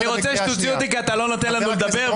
אני רוצה שתוציא אותי כי אתה לא נותן לנו לדבר,